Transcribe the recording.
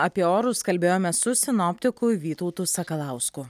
apie orus kalbėjome su sinoptiku vytautu sakalausku